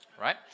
right